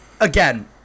Again